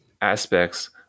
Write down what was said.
aspects